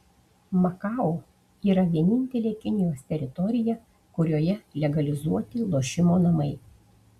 makao yra vienintelė kinijos teritorija kurioje legalizuoti lošimo namai